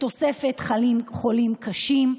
בתוספת חולים קשים,